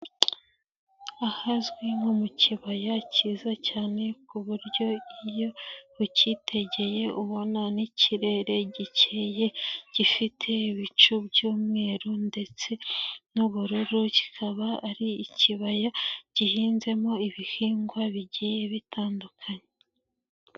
Ahazwi nko mu kibaya cyiza cyane ku buryo iyo ucyitegeye ubona n'ikirere gikeye gifite ibicu by'umweru ndetse n'ubururu, kikaba ari ikibaya gihinzemo ibihingwa bigiye bitandukanye.